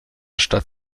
stadt